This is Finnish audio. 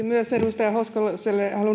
myös halunnut edustaja hoskoselle